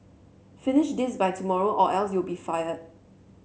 finish this by tomorrow or else you'll be fired